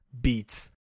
beats